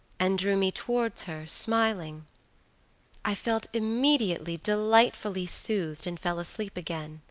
and drew me towards her, smiling i felt immediately delightfully soothed, and fell asleep again.